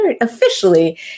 officially